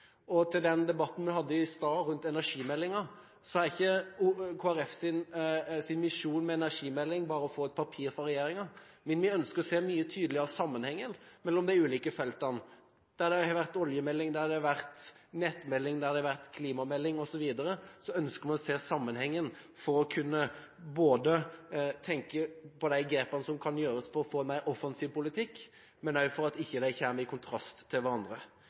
teknologi. Angående den debatten vi hadde i sted om energimeldingen: Kristelig Folkepartis misjon med en energimelding er ikke bare å få et papir fra regjeringen. Vi ønsker å se mye tydeligere sammenhengen mellom de ulike feltene. Der det har vært oljemelding, der det har vært nettmelding, der det har vært klimamelding osv. ønsker vi å se sammenhengen, både for å kunne tenke på de grepene som kan gjøres for å få en mer offensiv politikk, og for at de ikke skal komme i konflikt med hverandre. Til